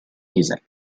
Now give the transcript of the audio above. music